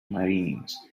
marines